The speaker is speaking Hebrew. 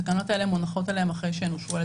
התקנות האלה מונחות אחרי שהן אושרו על